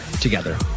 together